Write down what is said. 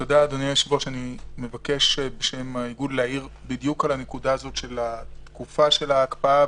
אני מבקש בשם האיגוד להעיר בדיוק על הנקודה הזאת של תקופת ההקפאה,